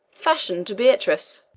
fashion'd to beatrice.